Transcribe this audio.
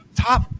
top